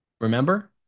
Remember